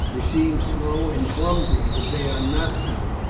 they seem slow and clumsy, but they are not so,